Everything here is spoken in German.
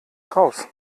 raus